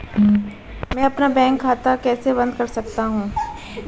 मैं अपना बैंक खाता कैसे बंद कर सकता हूँ?